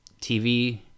TV